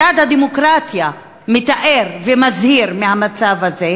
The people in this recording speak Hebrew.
מדד הדמוקרטיה מתאר ומזהיר מהמצב הזה,